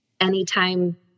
Anytime